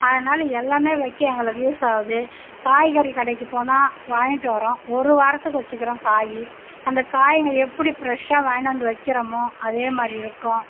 அதனால எல்லாமே வைக்க எங்களுக்கு யூஸ் ஆகுது காய்கறி கடைக்கு போனால் வாங்கிகிட்டு வரோம் ஒரு வாரத்துக்கு வச்சுக்கிறோம் காய் அந்த காய்ங்க எப்படி ஃபிரெஷ்ஷாக வங்கிகிட்டு வந்து வைக்கிறமோ அதே மாதிரி இருக்கும்